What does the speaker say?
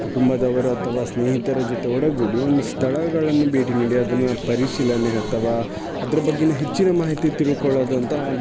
ಕುಟುಂಬದವರು ಅಥವಾ ಸ್ನೇಹಿತರ ಜೊತೆ ಒಡಗೂಡಿ ಒಂದು ಸ್ಥಳಗಳನ್ನು ಭೇಟಿ ನೀಡಿ ಅದನ್ನು ಪರಿಶೀಲನೆ ಅಥವಾ ಅದ್ರ ಬಗೆಗಿನ ಹೆಚ್ಚಿನ ಮಾಹಿತಿ ತಿಳ್ಕೊಳ್ಳೋದು ಅಂತ